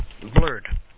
blurred